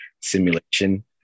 simulation